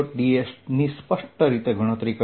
dsની સ્પષ્ટ રીતે ગણતરી કરીએ